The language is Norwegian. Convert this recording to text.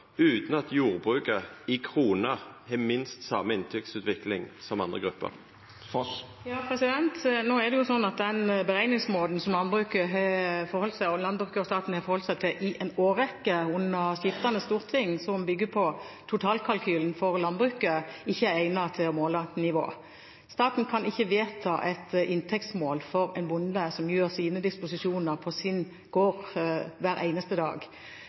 utan at jordbruket i kroner har minst same inntektsutvikling som andre grupper? Den beregningsmåten som landbruket og staten har forholdt seg til i en årrekke under skiftende storting, og som bygger på totalkalkylen for landbruket, er ikke egnet til å måle nivå. Staten kan ikke vedta et inntektsmål for en bonde som gjør sine disposisjoner på sin gård hver eneste dag.